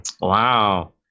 Wow